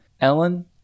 Ellen